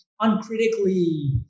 uncritically